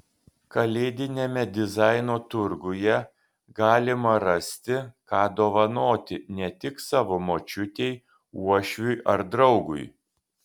kalėdiniame dizaino turguje galima rasti ką dovanoti ne tik savo močiutei uošviui ar draugui